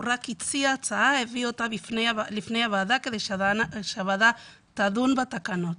הוא רק הציע הצעה והביא אותה בפני הוועדה כדי שהוועדה תדון בתקנות.